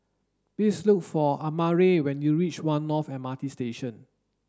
please look for Amare when you reach One North M R T Station